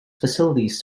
facilities